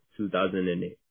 2008